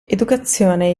educazione